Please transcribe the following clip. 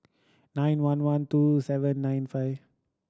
nine one one two seven nine five